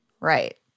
Right